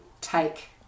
take